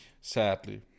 Sadly